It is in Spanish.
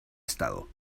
estado